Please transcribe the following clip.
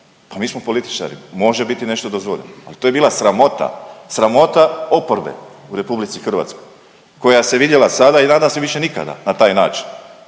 Pa mi smo političari, može biti nešto dozvoljeno, ali to je bila sramota, sramota oporbe u RH koja se vidjela sada i nadam se više nikada na taj način.